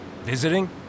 Visiting